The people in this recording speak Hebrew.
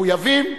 מחויבים,